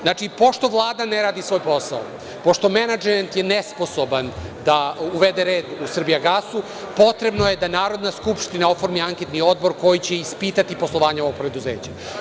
Znači, pošto Vlada ne radi svoj posao, pošto je menadžment nesposoban da uvede red u „Srbijagas“, potrebno je da Narodna skupština oformi anketni odbor koji će ispitati poslovanje ovog preduzeća.